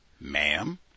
ma'am